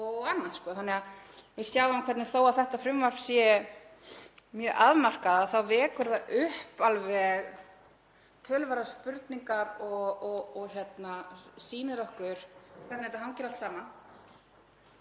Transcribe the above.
og annað. Þannig að við sjáum að þó að þetta frumvarp sé mjög afmarkað þá vekur það upp töluverðar spurningar og sýnir okkur hvernig þetta hangir allt saman.